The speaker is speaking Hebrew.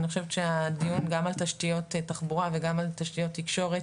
אני חושבת שהדיון גם על תשתיות תחבורה וגם על תשתיות תקשורת